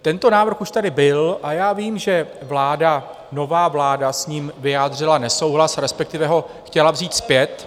Tento návrh už tady byl a já vím, že vláda, nová vláda s ním vyjádřila nesouhlas, respektive ho chtěla vzít zpět.